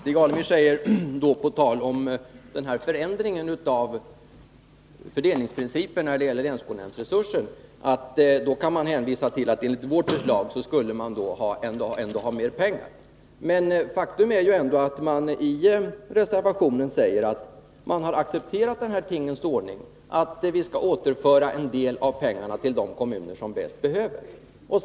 Herr talman! Stig Alemyr säger på tal om förändringen i fördelningsprincipen när det gäller länsskolnämndsresursen att enligt socialdemokraternas förslag skulle man ändå ha mera pengar. Men faktum är att man i reservationen säger att man har accepterat denna tingens ordning att vi skall återföra en del av pengarna till de kommuner som bäst behöver dem.